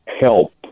help